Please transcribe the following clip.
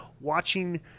watching